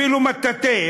אפילו מטאטא,